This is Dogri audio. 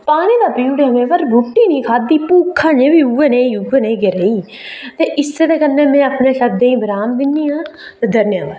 पानी ते पी ओड़ेआ में पर रुट्टी नेईं खाद्धी भुक्ख अजें बी उऐ नेही उऐ नेही गै रेही ते इस्सै दे कन्नै में अपने कम्मै ई विराम दिन्नी आं ते धन्नवाद